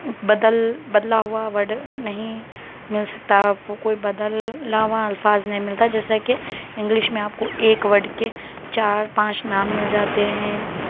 بدل بدلا ہوا ورڈ نہیں مل سکتا آپ کو کوئی بدلا ہوا الفاظ نہیں ملتا جیسے کہ انگلش میں آپ کو ایک ورڈ کے چار پانچ نام مل جاتے ہیں